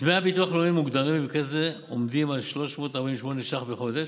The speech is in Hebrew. דמי הביטוח הלאומי המוגדרים במקרה זה עומדים על 348 שקל בחודש,